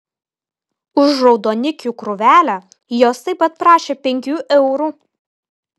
už raudonikių krūvelę jos taip pat prašė penkių eurų